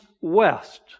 west